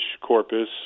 corpus